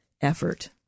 effort